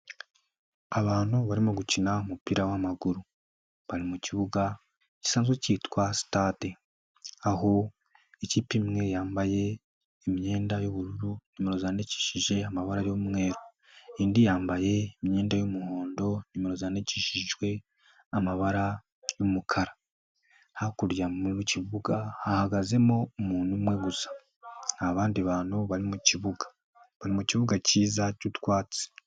Abantu barimo gukina umupira w'amaguru, bari mu kibuga gisanzwe cyitwa stade, aho ikipe imwe yambaye imyenda y'bururu nimero zandikishije amabara y'umweru, indi yambaye imyenda y'umuhondo nimero zandikishijwe amabara y'umukara, hakurya mu kibuga hahagazemo umuntu umwe gusa nta bandi bantu bari mukibuga, bari mukibuga cyiza cy'utwatsi.